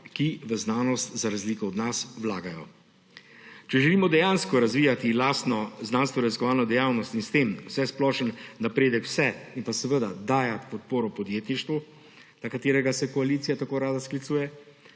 ki v znanost za razliko od nas vlagajo. Če želimo dejansko razvijati lastno znanstvenoraziskovalno dejavnost in s tem vsesplošen napredek vseh in dajati podporo podjetništvu, na katerega se koalicija tako rada sklicuje,